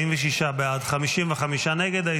46 בעד, 55 נגד.